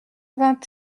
vingt